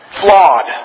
flawed